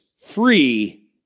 free